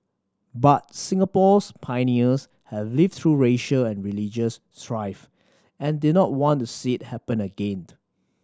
but Singapore's pioneers had lived through racial and religious strife and did not want to see it happen again